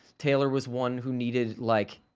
taylor was one who needed like